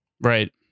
Right